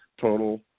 Total